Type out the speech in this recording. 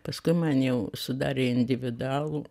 paskui man jau sudarė individualų